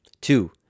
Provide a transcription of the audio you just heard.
Two